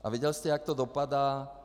A viděl jste, jak to dopadá?